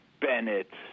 Bennett